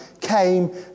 came